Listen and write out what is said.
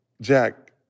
Jack